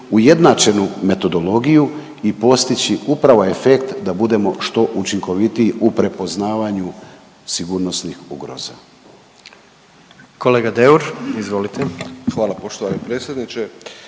ujednačenu metodologiju i postići upravo efekt da budemo što učinkovitiji u prepoznavanju sigurnosnih ugroza. **Jandroković, Gordan